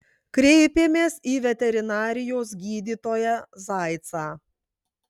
kreipėmės į veterinarijos gydytoją zaicą